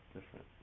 different